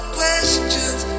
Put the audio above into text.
questions